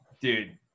dude